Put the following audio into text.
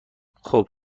خوب